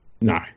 No